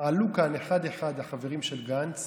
עלו כאן אחד-אחד החברים של גנץ